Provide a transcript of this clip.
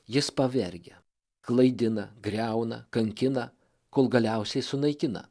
jis pavergia klaidina griauna kankina kol galiausiai sunaikina